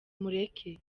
mureke